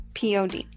POD